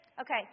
Okay